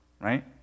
right